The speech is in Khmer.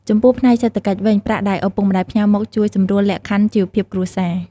ចំពោះផ្នែកសេដ្ឋកិច្ចវិញ ប្រាក់ដែលឪពុកម្តាយផ្ញើមកជួយសម្រួលលក្ខខណ្ឌជីវភាពគ្រួសារ។